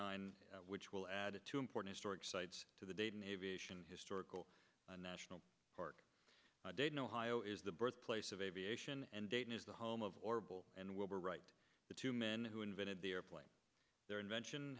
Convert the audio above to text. nine which will add two important storage sites to the dayton aviation historical national park dayton ohio is the birthplace of aviation and dayton is the home of orrible and wilbur wright the two men who invented the airplane their invention